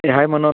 मी आहे मनोत